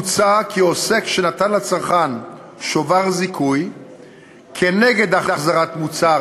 מוצע כי עוסק שנתן לצרכן שובר זיכוי כנגד החזרת מוצר